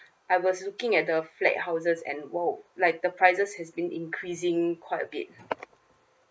I was looking at the flat houses and !wow! like the prices has been increasing quite a bit